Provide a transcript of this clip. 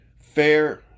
Fair